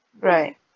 Right